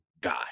guy